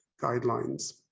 guidelines